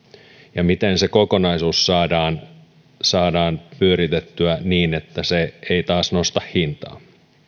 ja miten kokonaisuus saadaan saadaan pyöritettyä niin että se ei taas nosta hintaa